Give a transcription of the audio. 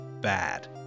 bad